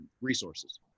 resources